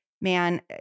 man